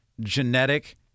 genetic